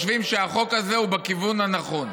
חושבים שהחוק הזה הוא בכיוון הנכון.